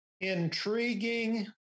Intriguing